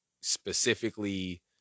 specifically